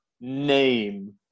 name